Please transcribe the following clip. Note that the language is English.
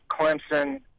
Clemson